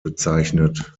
bezeichnet